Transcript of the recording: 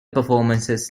performances